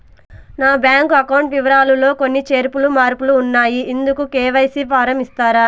నా bank account వివరాలు లో కొన్ని చేర్పులు మార్పులు ఉన్నాయి, ఇందుకు కె.వై.సి ఫారం ఇస్తారా?